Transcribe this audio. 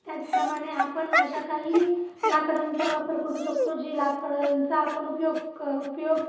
त्याचप्रमाणे आपण अशा काही लाकडांचा वापर करू शकतो जी लाकडांचा आपण उपयोग क उपयोग